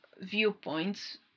viewpoints